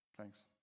Thanks